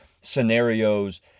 scenarios